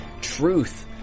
Truth